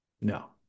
No